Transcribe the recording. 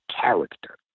character